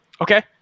Okay